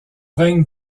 règne